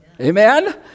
Amen